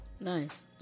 nice